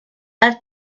elle